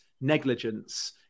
negligence